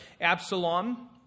Absalom